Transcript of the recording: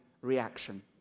reaction